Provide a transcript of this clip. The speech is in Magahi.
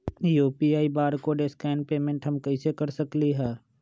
यू.पी.आई बारकोड स्कैन पेमेंट हम कईसे कर सकली ह?